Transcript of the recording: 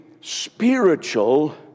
spiritual